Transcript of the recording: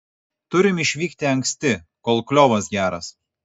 turim išvykti anksti kol kliovas geras